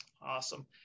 Awesome